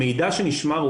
המידע שנשמר,